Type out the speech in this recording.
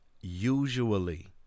usually